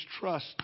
trust